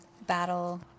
battle